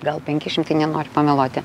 gal penki šimtai nenoriu pameluoti